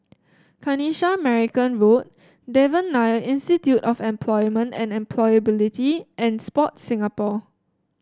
Kanisha Marican Road Devan Nair Institute of Employment and Employability and Sport Singapore